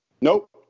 Nope